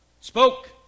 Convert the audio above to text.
Spoke